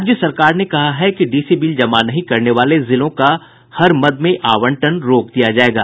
राज्य सरकार ने कहा है कि डीसी बिल जमा नहीं करने वाले जिलों का हर मद में आवंटन रोक दिया जायेगा